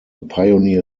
pioneer